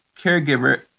caregiver